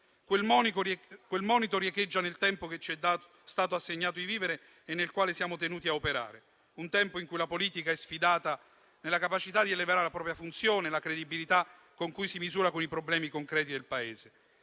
Quel monito riecheggia nel tempo che ci è stato assegnato di vivere e nel quale siamo tenuti a operare; un tempo in cui la politica è sfidata nella capacità di elevare la propria funzione, nella credibilità con cui si misura con i problemi concreti del Paese;